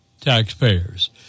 taxpayers